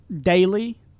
daily